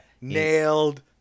Nailed